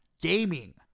gaming